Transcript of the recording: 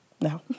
No